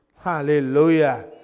Hallelujah